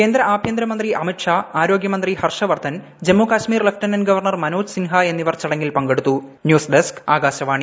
കേന്ദ്ര ആഭ്യന്തര മന്ത്രി അമിത് ഷാ ആരോഗ്യ മന്ത്രി ഹർഷ് വർദ്ധൻ ജമ്മു കശ്മീർ ലെഫ്റ്റനന്റ് ഗവർണർ മനോജ് സിൻഹ എന്നിവർ ചടങ്ങിൽ പങ്കെടുത്തു ന്യൂസ് ഡെസ്ക് ആകാശവാണി